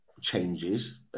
changes